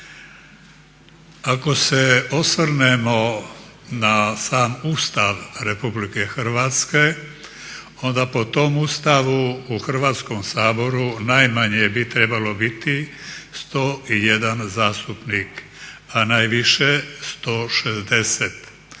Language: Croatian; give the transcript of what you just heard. Ako se osvrnemo na sam Ustav RH onda po tom Ustavu u Hrvatskom saboru najmanje bi trebalo biti 101 zastupnik, a najviše 160.